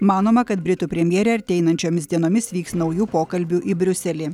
manoma kad britų premjerė ateinančiomis dienomis vyks naujų pokalbių į briuselį